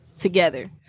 together